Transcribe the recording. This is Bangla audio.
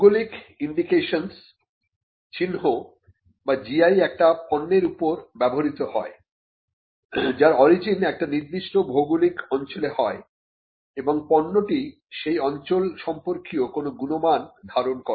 ভৌগলিক ইন্ডিকেশনস চিহ্ন বা GI একটি পণ্যের উপর ব্যবহৃত হয় যার অরিজিন একটি নির্দিষ্ট ভৌগলিক অঞ্চলে হয় এবং পণ্যটি সেই অঞ্চল সম্পর্কীয় কোন গুণমান ধারণ করে